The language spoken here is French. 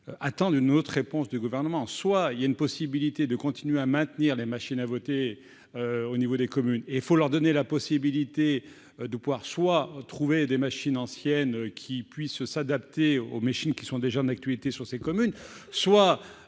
attendent une autre réponse du gouvernement, soit il y a une possibilité de continuer à maintenir les machines à voter, au niveau des communes et il faut leur donner la possibilité de pouvoir, soit trouver des machines anciennes qui puisse s'adapter aux machines qui sont déjà d'actualité sur ces communes soient